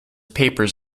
papers